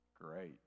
Great